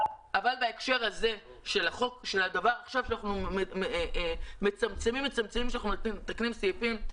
אבל בהקשר של הדבר שאנחנו מצמצמים עכשיו כשאנחנו מתקנים סעיפים,